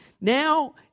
Now